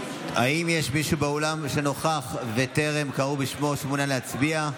האם יש מישהו באולם שטרם קראו בשמו ומעוניין להצביע?